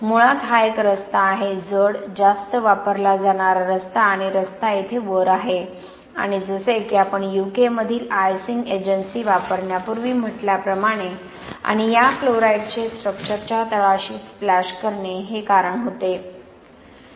मुळात हा एक रस्ता आहे जड जास्त वापरला जाणारा रस्ता आणि रस्ता इथे वर आहे आणि जसे की आपण यूके मधील आइसिंग एजन्सी वापरण्यापूर्वी म्हटल्याप्रमाणे आणि या क्लोराईडचे स्ट्रक्चर्सच्या तळाशी स्प्लॅश करणे हे कारण होते